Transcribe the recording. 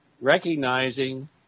recognizing